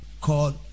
called